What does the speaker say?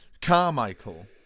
Carmichael